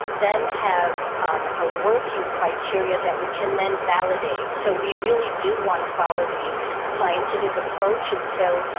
then have a working criteria that we can then validate so we really do want to follow the scientific approach. and so,